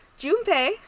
Junpei